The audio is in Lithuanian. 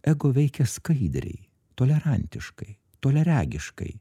ego veikia skaidriai tolerantiškai toliaregiškai